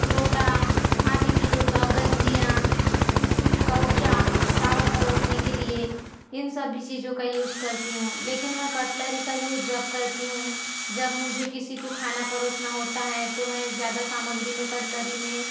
लोटा आदि चीज़ों का गंजियां कौचा चावल परोसने के लिए इन सभी चीज़ों को यूज़ करती हूँ लेकिन मैं कटलरी का यूज़ जब करती हूँ जब मुझे किसी को खाना परोसना होता है तो मैं ज़्यादा सामग्री में कटलरी में